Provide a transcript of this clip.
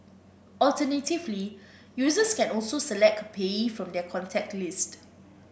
alternatively users can also select a payee from their contact list